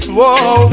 Whoa